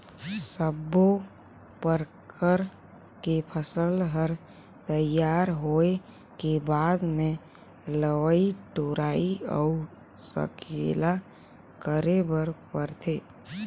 सब्बो परकर के फसल हर तइयार होए के बाद मे लवई टोराई अउ सकेला करे बर परथे